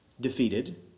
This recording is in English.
Defeated